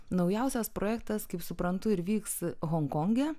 naujausias projektas kaip suprantu ir vyks honkonge